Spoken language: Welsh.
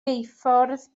geuffordd